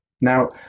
Now